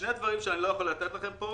יש שני דברים שאני לא יכול לתת לכם פה,